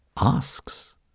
asks